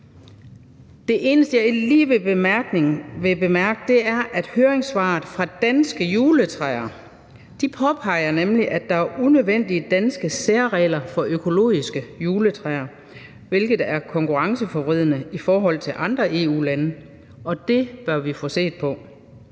Det eneste, jeg lige vil bemærke, er høringssvaret fra Danske Juletræer. De påpeger nemlig, at der er unødvendige danske særregler for økologiske juletræer, hvilket er konkurrenceforvridende i forhold til andre EU-lande, og det bør vi få set på.